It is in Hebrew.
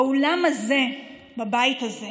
באולם הזה, בבית הזה,